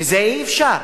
ואי-אפשר.